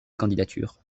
candidatures